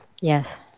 Yes